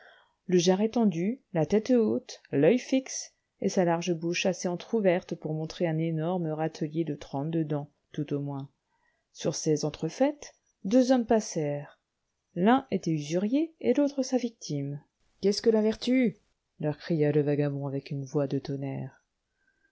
le jarret tendu la tête haute l'oeil fixe et sa large bouche assez entr'ouverte pour montrer un énorme râtelier de trente-deux dents tout au moins sur ces entrefaites deux hommes passèrent l'un était un usurier et l'autre sa victime qu'est-ce que la vertu leur cria le vagabond avec une voix de tonnerre